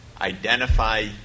identify